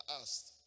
asked